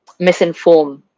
misinform